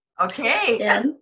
Okay